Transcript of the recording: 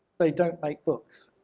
they don't make books.